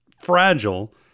fragile